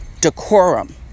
decorum